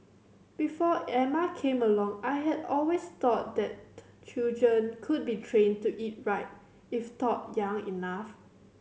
before Emma came along I had always thought that children could be trained to eat right if taught young enough